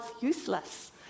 useless